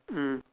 mm